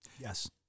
Yes